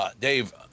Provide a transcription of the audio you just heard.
Dave